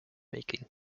making